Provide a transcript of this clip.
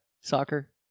soccer